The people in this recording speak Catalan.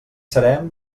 serem